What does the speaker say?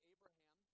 Abraham